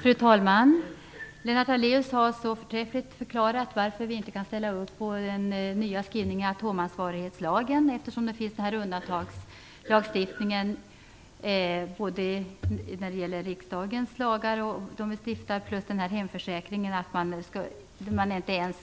Fru talman! Lennart Daléus har så förträffligt förklarat varför vi inte kan ställa upp på den nya skrivningen i atomansvarighetslagen. Det finns undantagslagstiftning både vad gäller de lagar riksdagen stiftar och hemförsäkringen. Man är inte ens